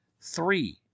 three